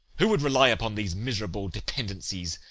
who would rely upon these miserable dependencies,